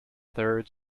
third